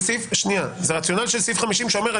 זה רציונל של סעיף 50 שאומר,